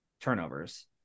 turnovers